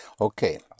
Okay